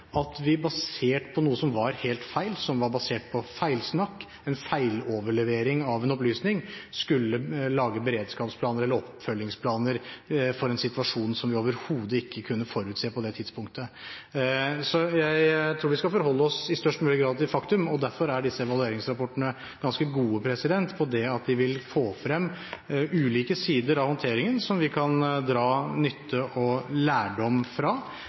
at vi basert på noe som var helt feil, som var basert på feilsnakk eller en feiloverlevering av en opplysning, skulle lage beredskapsplaner eller oppfølgingsplaner for en situasjon som vi overhodet ikke kunne forutse på det tidspunktet. Jeg tror vi skal forholde oss i størst mulig grad til faktum, og derfor er disse evalueringsrapportene ganske gode, ved at de vil få frem ulike sider av håndteringen som vi kan dra nytte og lærdom fra.